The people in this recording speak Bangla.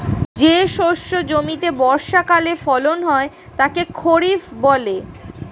যে শস্য জমিতে বর্ষাকালে ফলন হয় তাকে খরিফ বলে